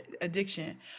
addiction